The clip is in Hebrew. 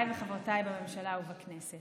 סגן השר.